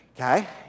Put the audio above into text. okay